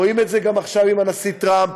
רואים את זה גם עכשיו עם הנשיא טראמפ.